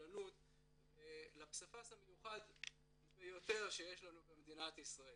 לסובלנות ולפסיפס המיוחד ביותר שיש לנו במדינת ישראל.